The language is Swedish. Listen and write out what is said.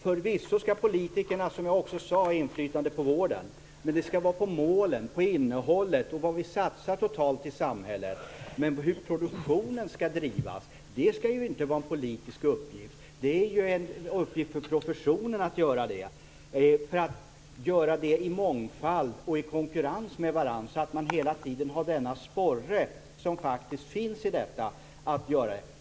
Förvisso skall politikerna, som jag också sade, ha inflytande på vården. Men det skall vara på målen, på innehållet och på vad vi satsar totalt i samhället. Hur produktionen skall drivas skall inte vara en politisk uppgift. Det är en uppgift för professionen att göra det. Det skall göras i mångfald och i konkurrens med varandra så att man hela tiden har den sporre som faktiskt finns i detta.